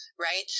right